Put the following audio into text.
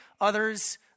Others